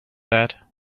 that